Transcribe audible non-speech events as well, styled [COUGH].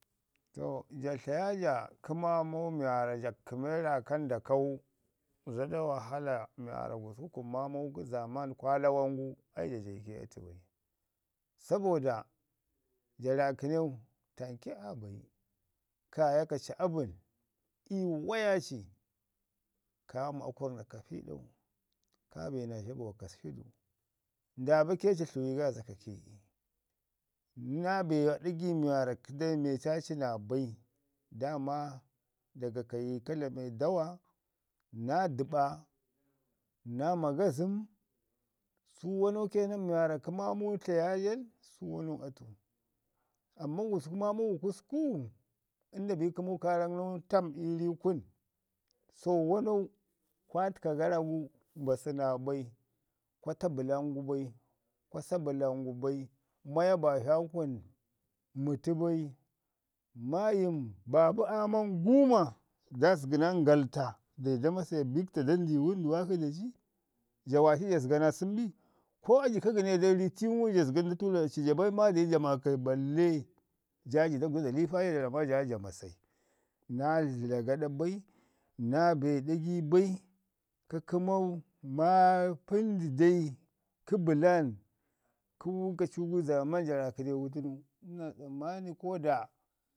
To ja tlaya ja kə maamau mi waarra ja kləme raakan da kau zada wahala mi waarra gusku kun maamu kə zaaman kwa lawan gu ai ja ike atu bai, sabo da ja raa kəneu tanke aa bayi, kaya ka ci abən ii waya ci ka mi akurr na ka pi ɗau, ka bi naa zhabuwa shi du, nda bake ci tləwi gaaza ka kii'i, naa be [UNINTELLIGIBLE] naa bai, daama daga kayi ka dlame dawa, naa dəɓa, naa ma gazəm u wane kenan mi waarra kə maaman tlaya jan, su wano nən atu. Amman gusku maamu gususku, ənda bi kəmu kaarak nən tam ii ri kun? So wanau, kwa tə ka gara gu, mbasu naabai, kwa ta bə tam gu bai, kwa sa bəlan gu bai, maya baazha kun mətu bai. Maayim babu aman guuma da zəgi naa ngalta dauji da mase bikto da ni di wənduwak shi da shi ja waaci ja naa sən bi, ko aji ka gəne da ri tiiwu ngum ja zəga nda turaci ja bai, balle ja ji daguda da liipa ja famma jaya ja masai. Na dləra gaɗa bai, naa be ɗagi bai, ka kəmau maapəndi dai kə bəlan kə lokacu gu zaaman ja raakəne, ina tsammani ko da,